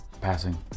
passing